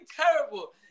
terrible